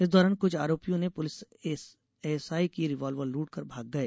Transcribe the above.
इस दौरान कुछ आरोपियों ने पुलिस एएसआई की रिवाल्वर लूटकर भाग गए